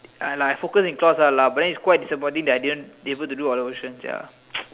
uh like I focus in class all lah but then it's quite disappointing that I didn't able to do other question ya